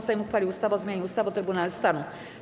Sejm uchwalił ustawę o zmianie ustawy o Trybunale Stanu.